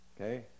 Okay